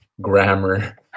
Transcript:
Grammar